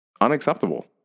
unacceptable